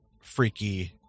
freaky